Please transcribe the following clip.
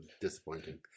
disappointing